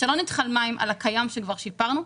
שלא נטחן מים על הקיים שכבר שיפרנו,